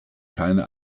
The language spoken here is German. keine